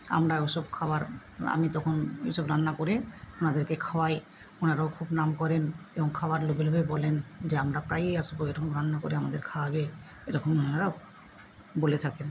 আমরা ওসব খাবার আমি তখন ওসব রান্না করে ওনাদেরকে খাওয়াই ওনারাও খুব নাম করেন এবং খাওয়ার লোভে লোভে বলেন যে আমরা প্রায়ই আসবো এরকম রান্না করে আমাদের খাওয়াবে এরকম ওনারাও বলে থাকেন